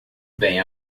bem